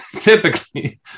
Typically